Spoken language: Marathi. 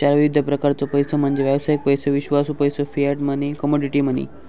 चार विविध प्रकारचो पैसो म्हणजे व्यावसायिक पैसो, विश्वासू पैसो, फियाट मनी, कमोडिटी मनी